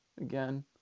again